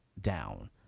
down